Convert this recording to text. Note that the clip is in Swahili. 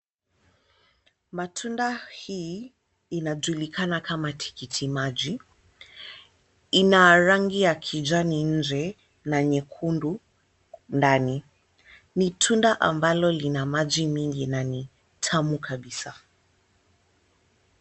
Matunda hii inajulikana kama tikitimaji, ina rangi ya kijani nje na nyekundu ndani. Ni tunda ambalo lina maji mingi na ni tamu kabisa.